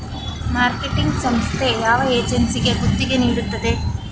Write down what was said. Marketing ಸಂಸ್ಥೆ ಯಾವ ಏಜೆನ್ಸಿಗೆ ಗುತ್ತಿಗೆ ನೀಡುತ್ತದೆ?